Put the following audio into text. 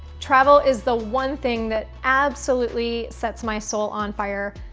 travel is the one thing that absolutely sets my soul on fire,